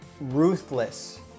ruthless